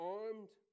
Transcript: armed